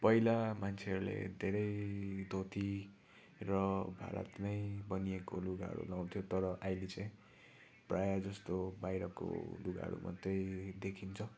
पहिला मान्छेहरूले धेरै धोती र भारतमै बनिएको लुगाहरू लाउँथ्यो तर अहिले चाहिँ प्रायः जस्तो बाहिरको लुगाहरू मात्रै देखिन्छ